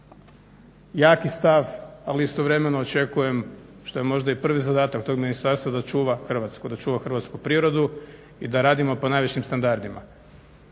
jaki stav ali istovremeno očekujem što je možda i prvi zadatak tog ministarstva da čuva Hrvatsku, da čuva hrvatsku prirodu i da radimo po najvišim standardima.